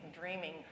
dreaming